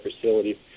facility